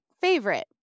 favorite